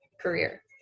career